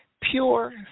pure